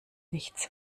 nichts